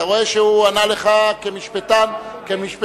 אתה רואה שהוא ענה לך כמשפטן מובהק.